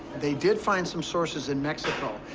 they did find some sources in mexico,